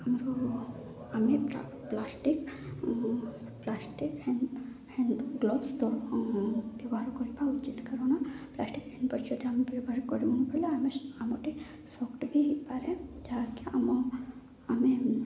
ଆମର ଆମେ ପ୍ଲା plastic plastic hand hand gloves ବ୍ୟବହାର କରିବା ଉଚିତ କାରଣ ପ୍ଲାଷ୍ଟିକ୍ ହ୍ୟାଣ୍ଡ ଆମେ ବ୍ୟବହାର କରିବୁ ବୋଲେ ଆମେ ଆମଟି ସଫ୍ଟ ବି ହେଇପାରେ ଯାହାକି ଆମ ଆମେ